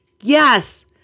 yes